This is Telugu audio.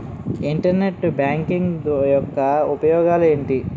ఇంటర్నెట్ బ్యాంకింగ్ యెక్క ఉపయోగాలు ఎంటి?